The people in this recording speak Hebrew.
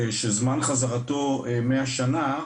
שזמן חזרתו 100 שנה,